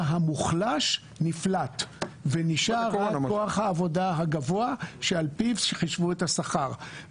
המוחלש נפלט ונשאר רק כוח העבודה הגבוה שעל-פיו חישבו את השכר.